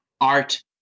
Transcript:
art